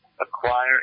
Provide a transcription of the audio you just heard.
acquire